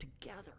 together